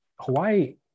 Hawaii